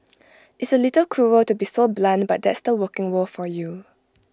it's A little cruel to be so blunt but that's the working world for you